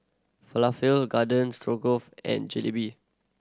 Falafel Garden Stroganoff and Jalebi